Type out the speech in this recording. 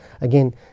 again